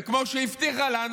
וכמו שהיא הבטיחה לנו,